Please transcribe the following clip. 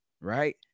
Right